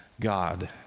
God